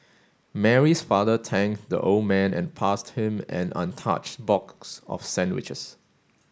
Mary's father thanked the old man and passed him an untouched box of sandwiches